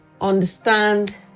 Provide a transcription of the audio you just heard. understand